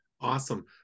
Awesome